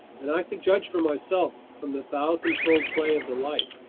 and i could judge for myself from the thousandfold play of the light.